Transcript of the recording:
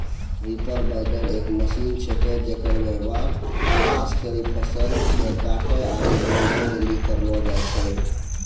reaper binder एक machine छिकै जेकर व्यवहार खास करी फसल के काटै आरू बांधै लेली करलो जाय छै